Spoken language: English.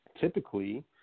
typically